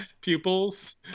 pupils